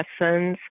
lessons